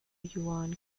yuan